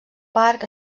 parc